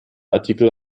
artikel